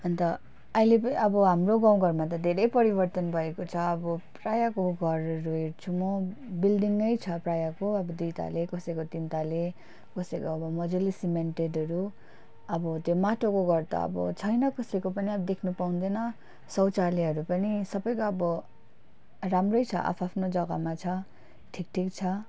अन्त अहिले अब हाम्रो गाउँ घरमा त धेरै परिवर्तन भएको छ अब प्रायःको घरहरू हेर्छु म बिल्डिङै छ प्रायःको अब दुई तल्ले कसैको तिन तल्ले कसैको अब मज्जाले सिमेन्टेडहरू अब त्यो माटोको घर त अब छैन कसैको पनि अब देख्न पाउँदैन शौचालयहरू पनि सबैको अब राम्रै छ आफ्आफ्नो जग्गामा छ ठिक ठिक छ